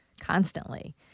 constantly